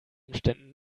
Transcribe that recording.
umständen